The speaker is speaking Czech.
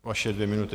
Vaše dvě minuty.